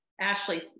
Ashley